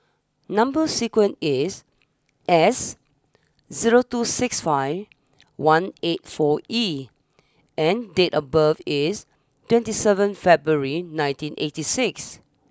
number sequence is S zero two six five one eight four E and date of birth is twenty seven February nineteen eighty six